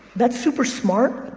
that's super smart,